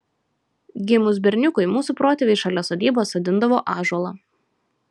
gimus berniukui mūsų protėviai šalia sodybos sodindavo ąžuolą